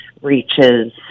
reaches